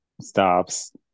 stops